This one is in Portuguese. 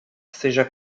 seja